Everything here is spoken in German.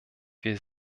wir